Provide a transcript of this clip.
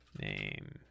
name